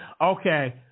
Okay